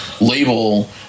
label